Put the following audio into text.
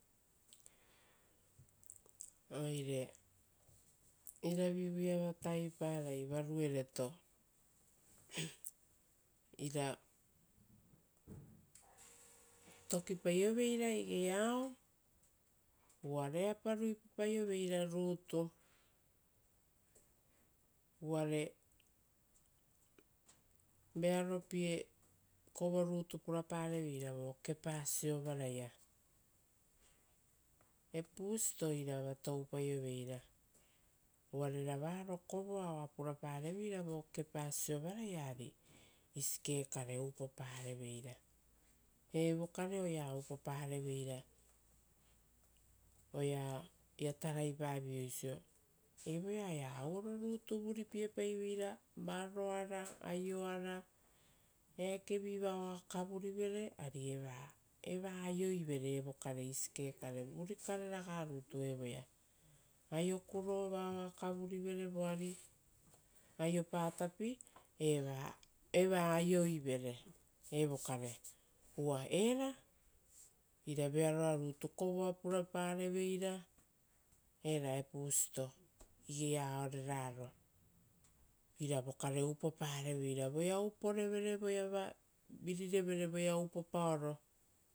Oire iravivu iava taviparai varuereto ira tokipaio veira igei aao, uva rera ruipapaioveira rutu uvare uvare vearopie kovorutu purapareveira vo kepa siovaraia. Epusito irava toupaioveira uva rera varo kovoa oa purapareiveira vo kepa siovaraia, ari isiike upopareveira. Evo kare oea upopareveira oea ia taraipaviei oisio, evoa oea oaravurutu vuripiepaiveira, varoara, aioara, eakevi vao oa kavurivere, ari eva aioivere evo kare isiike kare, vuri kare ragarutu evoea aio kuro vao oa kavurivere voari aiopa tapi, eva aioivere, evo kare. Uva era ira vearoa rutu kovoa purapa reveira, era epusito igei ao reraro ira vokare upopareveira, voea uporevere ora voeava virirevere voea upopaoro,